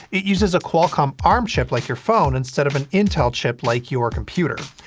it uses a qualcomm arm chip like your phone, instead of an intel chip like your computer.